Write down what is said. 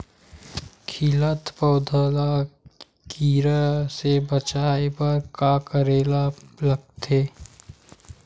खिलत पौधा ल कीरा से बचाय बर का करेला लगथे?